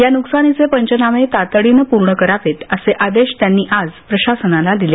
या नुकसानीचे पंचनामे तातडीनं पूर्ण करावेत असे आदेश त्यांनी आज प्रशासनाला दिले